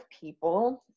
people